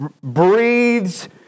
breathes